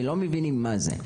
ולא מבינים מה זה.